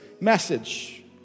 message